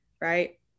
right